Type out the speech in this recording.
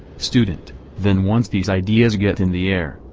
student then once these ideas get in the air,